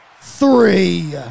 three